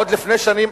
עוד לפני שנים,